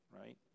right